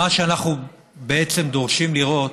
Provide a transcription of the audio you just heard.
מה שאנחנו דורשים לראות,